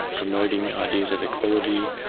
promoting ideas of equality,